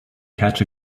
catch